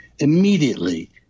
Immediately